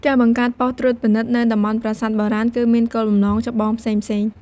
ការបង្កើតបុស្តិ៍ត្រួតពិនិត្យនៅតំបន់ប្រាសាទបុរាណគឺមានគោលបំណងចម្បងផ្សេងៗ។